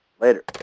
Later